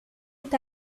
est